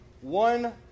one